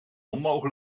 onmogelijk